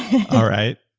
all right.